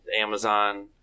Amazon